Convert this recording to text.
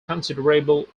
considerable